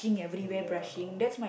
ya